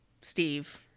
Steve